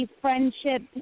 friendship